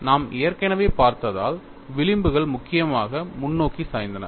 நாம் ஏற்கனவே பார்த்ததால் விளிம்புகள் முக்கியமாக முன்னோக்கி சாய்ந்தன